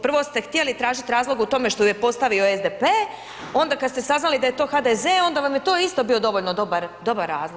Prvo ste htjeli tražiti razlog u tome što ju je postavio SDP, onda kada ste saznali da je to HDZ onda vam je to isto bio dovoljno dobar razlog.